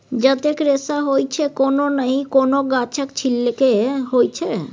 जतेक रेशा होइ छै कोनो नहि कोनो गाछक छिल्के होइ छै